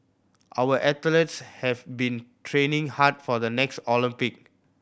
our athletes have been training hard for the next Olympic